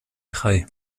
drei